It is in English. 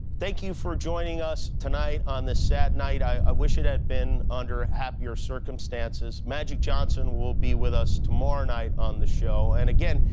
thank you for joining us tonight on this sad night. i wish it had been under happier circumstances. magic johnson will be with us tomorrow night on the show. and again,